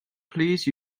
please